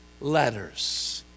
letters